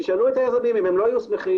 תשאלו את היזמים אם הם לא היו שמחים